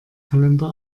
kalender